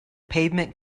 pavement